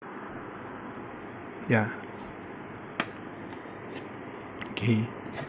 ya okay